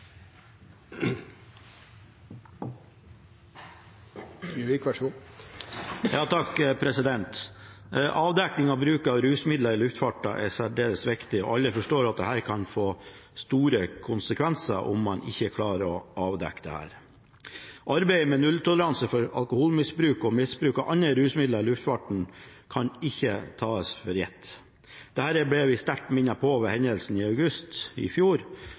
særdeles viktig, og alle forstår at det kan få store konsekvenser om man ikke klarer å avdekke dette. Arbeidet med nulltoleranse for alkoholmisbruk og misbruk av andre rusmidler i luftfarten kan ikke tas for gitt. Dette ble vi sterkt minnet på ved hendelsen i august i fjor,